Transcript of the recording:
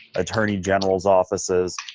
attorney general's offices.